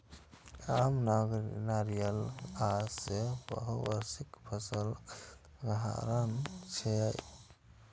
आम, नारियल आ सेब बहुवार्षिक फसलक उदाहरण छियै